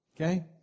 Okay